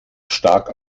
stark